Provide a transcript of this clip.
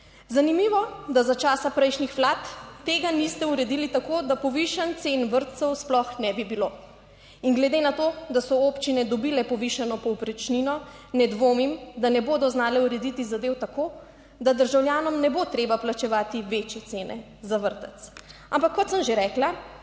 Zanimivo, da za časa prejšnjih vlad tega niste uredili tako, da povišanj cen vrtcev sploh ne bi bilo. In glede na to, da so občine dobile povišano povprečnino, ne dvomim, da ne bodo znale urediti zadevo tako, **135. TRAK: (SC) – 20.10** (nadaljevanje) da državljanom ne bo treba plačevati večje cene za vrtec. Ampak kot sem že rekla,